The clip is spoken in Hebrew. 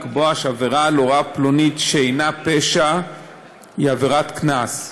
לקבוע שעבירה על הוראה פלונית שאינה פשע היא עבירת קנס,